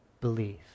believe